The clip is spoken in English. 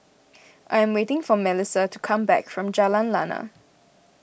I am waiting for Mellisa to come back from Jalan Lana